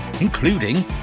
including